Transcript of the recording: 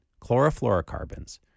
chlorofluorocarbons